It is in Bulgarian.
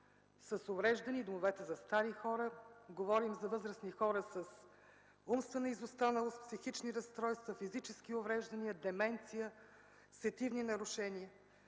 с увреждания и домовете за стари хора. Говорим за възрастни хора с умствена изостаналост, психични разстройства, физически увреждания, деменция, сетивни нарушения.